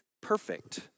perfect